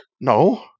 no